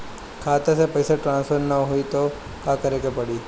खाता से पैसा ट्रासर्फर न होई त का करे के पड़ी?